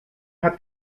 hat